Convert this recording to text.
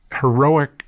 heroic